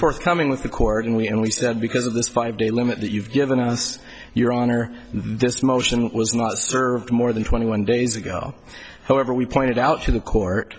forthcoming with the court and we and we said because of this five day limit that you've given us your honor this motion was not served more than twenty one days ago however we pointed out to the court